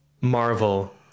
marvel